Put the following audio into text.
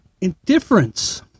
indifference